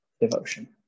devotion